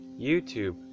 YouTube